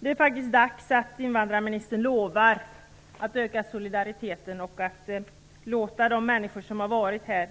Det är faktiskt dags att invandrarministern lovar att öka solidariteten och att låta de människor få stanna som varit här